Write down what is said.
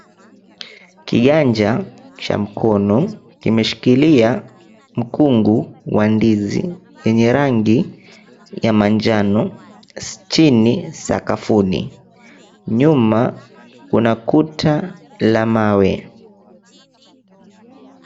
Kiganja cha mkono kimeshikilia mkungu wa ndizi yenye rangi ya manjano chini sakafuni. Nyuma kuna kuta la mawe.